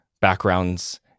backgrounds